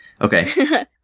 Okay